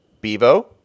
Bevo